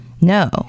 No